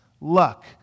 luck